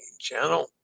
Channel